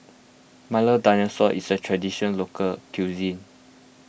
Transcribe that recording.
Milo Dinosaur is a Traditional Local Cuisine